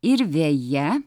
ir veja